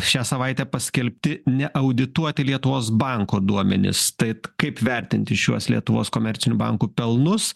šią savaitę paskelbti neaudituoti lietuvos banko duomenys tait kaip vertinti šiuos lietuvos komercinių bankų pelnus